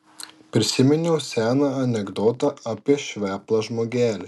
prisiminiau seną anekdotą apie šveplą žmogelį